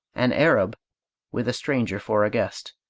an arab with a stranger for a guest,